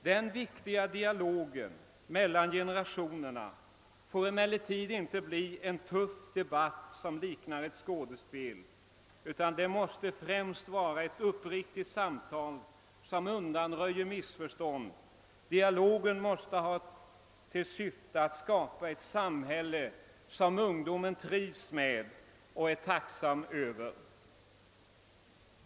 Den viktiga dialogen mellan generationerna får emellertid inte bli en tuff debatt som liknar ett skådespel, utan den måste främst vara ett uppriktigt samtal som undanröjer missförstånd. Dialogen måste ha till syfte att skapa ett samhälle som ungdomen trivs med och är tacksam över.